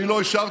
אני לא אישרתי,